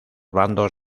bandos